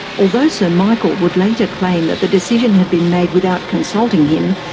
although sir michael would later claim that the decision had been made without consulting him,